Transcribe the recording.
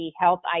Health